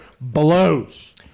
blows